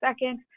second